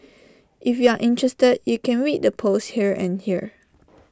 if you're interested you can read the posts here and here